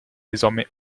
désormais